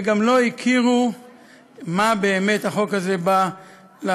וגם לא ידעו מה באמת החוק הזה בא לעשות.